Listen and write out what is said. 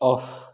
off